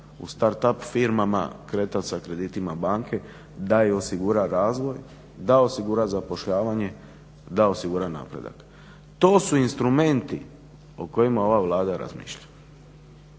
u start up firmama kretati sa kreditima banke da im osigura razvoj, da osigura zapošljavanje, da osigura napredak. To su instrumenti o kojima ova Vlada razmišlja.